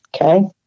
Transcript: Okay